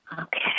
Okay